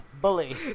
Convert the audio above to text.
bully